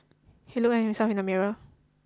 he looked at himself in the mirror